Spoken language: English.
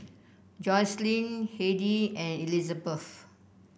Joycelyn Hedy and Elisabeth